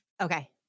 Okay